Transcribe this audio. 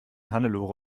hannelore